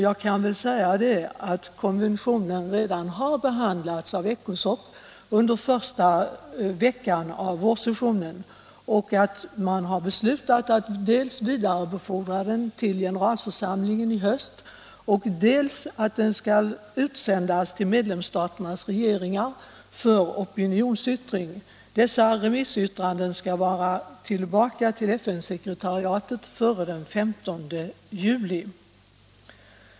Jag vill framhålla att den redan har behandlats av ECOSOC under första veckan av vårsessionen och att man har beslutat dels att den skall vidarebefordras till generalförsamlingen i höst, dels att den skall utsändas till medlemsstaternas regeringar för opinionsyttring. Dessa remissyttranden skall vara tillbaka till FN-sekretariatet före den 15 juli.